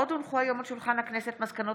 עוד הונחו היום על שולחן הכנסת מסקנות